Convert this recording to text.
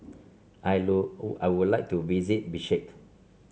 I I would like to visit Bishkek